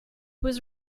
was